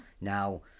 Now